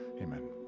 amen